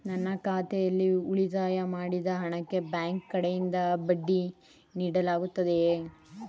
ನನ್ನ ಖಾತೆಯಲ್ಲಿ ಉಳಿತಾಯ ಮಾಡಿದ ಹಣಕ್ಕೆ ಬ್ಯಾಂಕ್ ಕಡೆಯಿಂದ ಬಡ್ಡಿ ನೀಡಲಾಗುತ್ತದೆಯೇ?